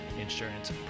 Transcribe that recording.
insurance